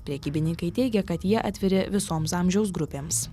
prekybininkai teigia kad jie atviri visoms amžiaus grupėms